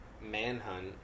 Manhunt